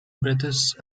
british